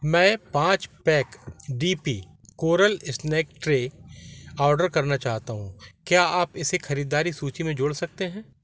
मैं पाँच pack D P coral snack tray order करना चाहता हूँ क्या आप इसे खरीदारी सूचि में जोड़ सकते हैं